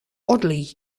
oddly